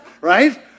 right